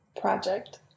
project